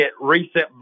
recent